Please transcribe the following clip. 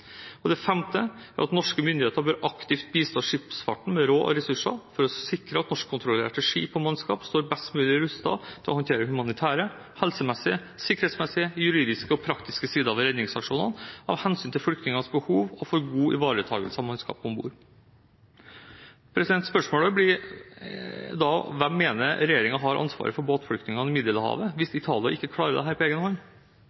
Det femte er at norske myndigheter aktivt bør bistå skipsfarten med råd og ressurser for å sikre at norskkontrollerte skip og mannskap står mest mulig rustet til å håndtere humanitære, helsemessige, sikkerhetsmessige, juridiske og praktiske sider ved redningsaksjonene, av hensyn til flyktningenes behov og for en god ivaretakelse av mannskapet om bord. Spørsmålet blir da: Hvem mener regjeringen har ansvaret for båtflyktningene i Middelhavet hvis Italia ikke klarer dette på egenhånd? Og vil regjeringen svare positivt på